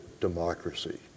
democracy